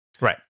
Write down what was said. Right